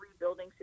rebuilding